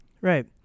Right